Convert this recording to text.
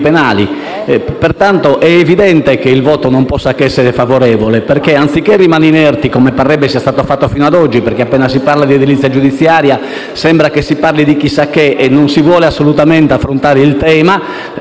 penali. È evidente che il voto non possa che essere favorevole. Anziché rimanere inerti, come parrebbe sia stato fatto fino ad oggi, perché appena si parla di edilizia giudiziaria sembra che si parli di chissà cosa e non si vuole assolutamente affrontare il tema